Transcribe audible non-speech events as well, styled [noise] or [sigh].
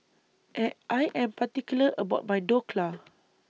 [hesitation] I Am particular about My Dhokla